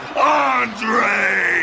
Andre